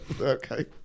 Okay